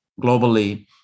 globally